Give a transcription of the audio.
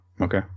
Okay